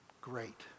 great